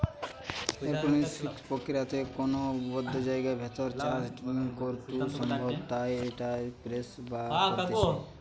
aeroponics প্রক্রিয়াতে কোনো বদ্ধ জায়গার ভেতর চাষ করাঢু সম্ভব তাই ইটা স্পেস এ করতিছে